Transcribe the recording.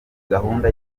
gahunda